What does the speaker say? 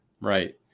Right